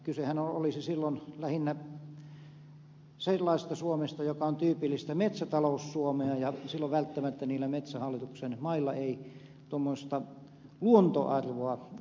kysehän olisi silloin lähinnä sellaisesta suomesta joka on tyypillistä metsätalous suomea ja silloin välttämättä niillä metsähallituksen mailla ei tuommoista luontoarvoa olisi